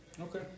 Okay